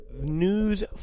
news